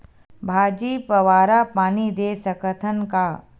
भाजी फवारा पानी दे सकथन का?